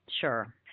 Sure